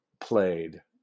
played